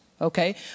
Okay